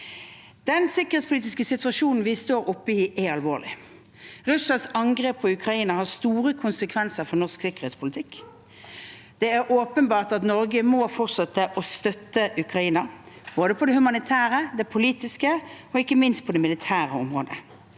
Den sikkerhetspolitiske situasjonen vi står oppe i, er alvorlig. Russlands angrep på Ukraina har store konsekvenser for norsk sikkerhetspolitikk. Det er åpenbart at Norge må fortsette å støtte Ukraina både på det humanitære, på det politiske og ikke minst på det militære området.